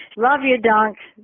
love you dunc,